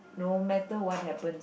no matter what happens